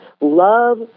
love